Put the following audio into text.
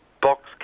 Box